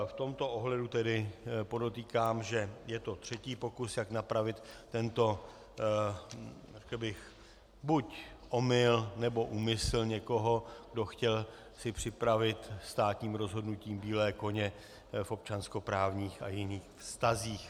V tomto ohledu tedy podotýkám, že je to třetí pokus, jak napravit tento buď omyl, nebo úmysl někoho, kdo si chtěl připravit státním rozhodnutím bílé koně v občanskoprávních a jiných vztazích.